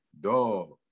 dog